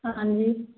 हाँ हाँ जी